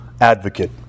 advocate